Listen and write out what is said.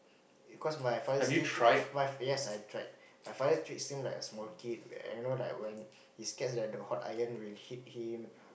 cause my father still ch~ yes I've tried my father treats him like a small kid where you know like when he scared that the hot iron will hit him